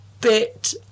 bit